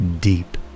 deep